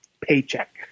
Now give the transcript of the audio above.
paycheck